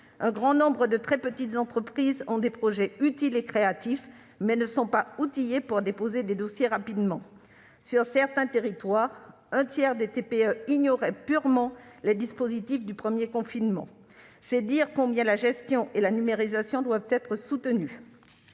Un grand nombre de très petites entreprises ayant des projets utiles et créatifs ne sont pas outillées pour déposer rapidement des dossiers. Sur certains territoires, un tiers des TPE ignorait purement et simplement les dispositifs du premier confinement. C'est dire combien la gestion et la numérisation doivent être soutenues.